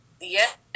Yes